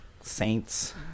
Saints